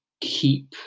keep